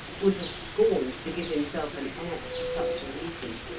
would have scorned to give himself an air for such a reason.